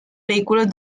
vehículos